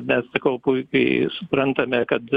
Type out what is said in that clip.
mes sakau puikiai suprantame kad